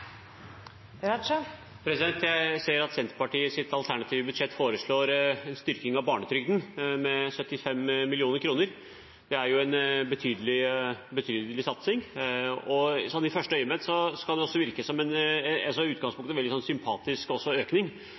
Evenes. Jeg ser at Senterpartiet i sitt alternative budsjett foreslår en styrking av barnetrygden med 75 mill. kr, en betydelig satsing. I utgangspunktet kan det virke som en sympatisk økning.